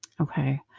okay